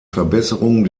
verbesserung